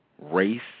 race